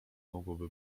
mogłoby